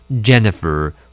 Jennifer